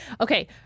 Okay